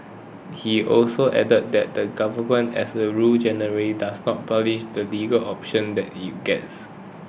he also added that the government as a rule generally does not publish the legal option that it gets